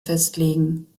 festlegen